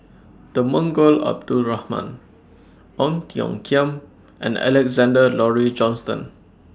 Temenggong Abdul Rahman Ong Tiong Khiam and Alexander Laurie Johnston